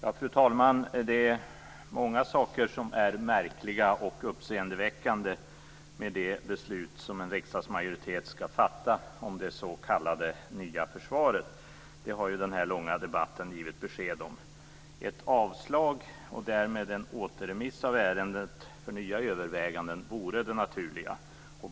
Fru talman! Det är många saker som är märkliga och uppseendeväckande med det beslut som en riksdagsmajoritet ska fatta om det s.k. nya försvaret. Det har den här långa debatten givit besked om. Ett avslag, och därmed en återremiss av ärendet för nya överväganden, vore det naturliga.